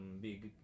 big